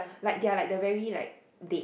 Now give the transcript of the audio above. like their like the very like died